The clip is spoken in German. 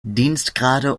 dienstgrade